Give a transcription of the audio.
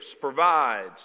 provides